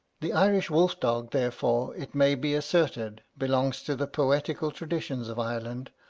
the irish wolf-dog, therefore, it may be asserted, belongs to the poetical traditions of ireland,